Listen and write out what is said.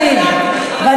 אמר 93,000. זה לא מופיע בחוק.